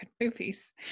Movies